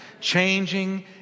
changing